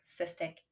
cystic